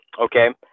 Okay